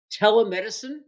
Telemedicine